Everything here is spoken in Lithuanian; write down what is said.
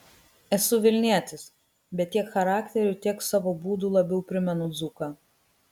esu vilnietis bet tiek charakteriu tiek savo būdu labiau primenu dzūką